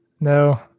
No